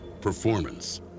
performance